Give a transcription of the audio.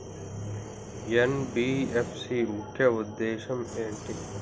NBFC ముఖ్య ఉద్దేశం ఏంటి?